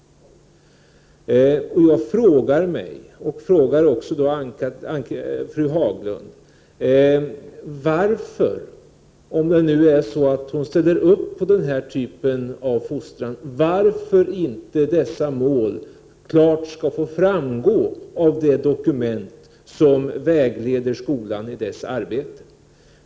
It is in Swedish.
Jag vill ställa en fråga till fru Haglund: Om fru Haglund ställer sig bakom denna typ av fostran, varför kan då inte dessa mål klart få framgå av det dokument som vägleder skolan i dess arbete?